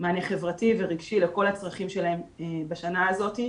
מענה חברתי ורגשי לכל הצרכים שלהם בשנה הזאת,